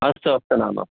अस्तु अस्तु नाम